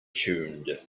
tuned